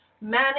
manage